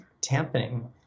tamping